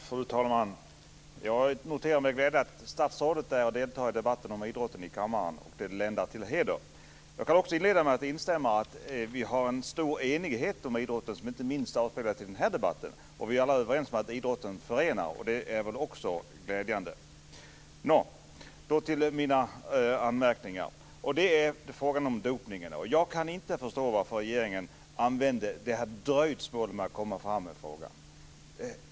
Fru talman! Jag noterar med glädje att statsrådet är här i kammaren och deltar i debatten om idrott. Det länder henne till heder. Jag kan också inleda med att instämma i att vi har en stor enighet om idrotten. Det är något som inte minst avspeglas i den här debatten. Vi är överens om att idrotten förenar, och det är väl också glädjande. Nå, nu till mina anmärkningar! Det är först frågan om dopning. Jag kan inte förstå varför regeringen hade det här dröjsmålet med att komma fram i denna fråga.